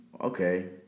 Okay